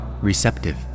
receptive